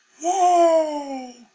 Yay